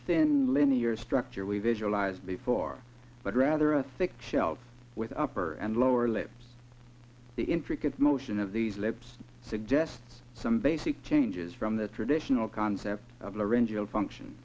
thin linear structure we visualize before but rather a thick shelf with upper and lower lip the intricate motion of these lips suggests some basic changes from the traditional concept of the original function